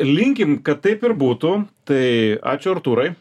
linkim kad taip ir būtų tai ačiū artūrai